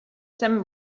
them